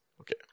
Okay